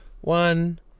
one